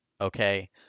okay